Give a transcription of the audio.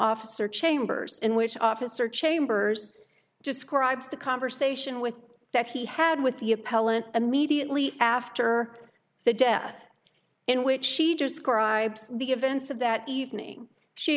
officer chambers in which officer chambers describes the conversation with that he had with the appellant immediately after the death in which she just scribes the events of that evening she